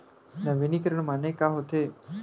नवीनीकरण माने का होथे?